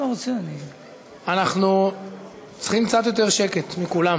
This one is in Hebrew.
אנחנו צריכים קצת יותר שקט מכולם.